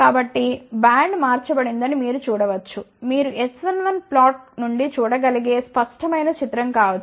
కాబట్టి బ్యాండ్ మార్చబడిందని మీరు చూడ వచ్చు మీరు S11 ప్లాట్ నుండి చూడగలిగే స్పష్టమైన చిత్రం కావచ్చు